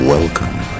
Welcome